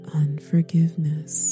unforgiveness